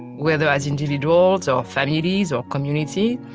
whether as individuals or families or community,